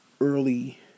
early